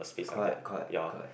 correct correct correct